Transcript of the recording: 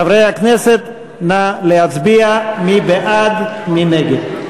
חברי הכנסת, נא להצביע מי בעד ומי נגד.